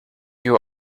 you